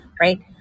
Right